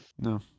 no